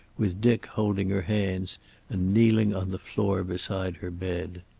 with dick holding her hands and kneeling on the floor beside her bed.